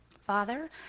Father